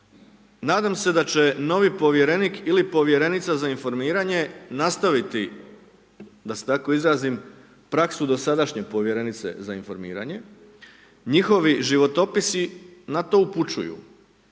nadam se da će novi Povjerenik ili Povjerenica za informiranje nastaviti, da se tako izrazim, praksu dosadašnje Povjerenice za informiranje, njihovi životopisi na to upućuju,